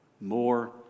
more